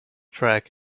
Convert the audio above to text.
track